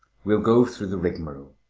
we'll go through the rigmarole,